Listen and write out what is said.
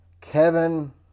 Kevin